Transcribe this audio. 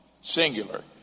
singular